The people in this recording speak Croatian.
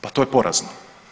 Pa to je porezno.